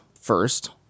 first